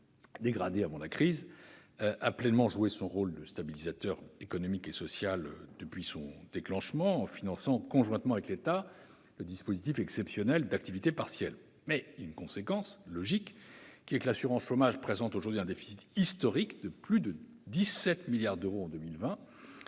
dégradée avant la crise, a pleinement joué son rôle de stabilisateur économique et social depuis son déclenchement, en finançant, conjointement avec l'État, le dispositif exceptionnel d'activité partielle. Conséquence logique, l'assurance chômage présente un déficit historique de plus de 17 milliards d'euros en 2020,